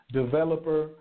developer